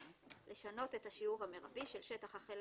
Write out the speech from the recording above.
- הציבורי לשנות את השיעור המרבי של שטח החלק